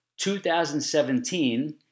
2017